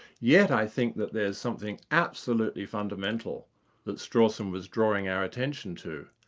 yet i think that there's something absolutely fundamental that strawson was drawing our attention to,